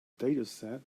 dataset